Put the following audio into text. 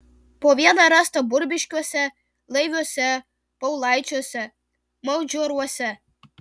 po vieną rasta burbiškiuose laiviuose paulaičiuose maudžioruose